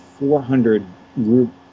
400-group